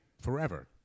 forever